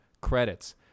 credits